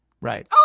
Right